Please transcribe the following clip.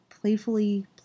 playfully